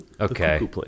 Okay